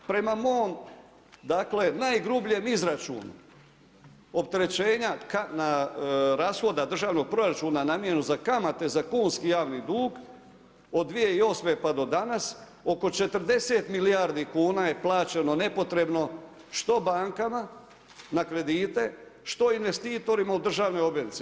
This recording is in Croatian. Prema mom, dakle najgrubljem izračunu opterećenja rashoda državnog proračuna namijenjenog za kamate za kunski javni dug od 2008. pa do danas, oko 40 milijardi kuna je plaćeno nepotrebno što bankama na kredite, što investitorima u državne obveznice.